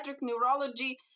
neurology